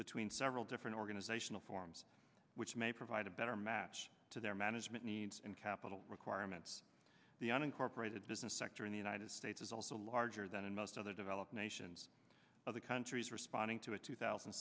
between several different organizational forms which may provide a better match to their management needs and capital requirements the unincorporated business sector in the united states is also larger than in most other developed nations other countries responding to a two thousand